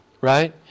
Right